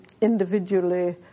individually